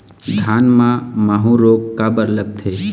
धान म माहू रोग काबर लगथे?